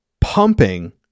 pumping